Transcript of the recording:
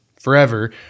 forever